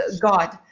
God